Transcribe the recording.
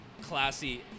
classy